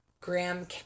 graham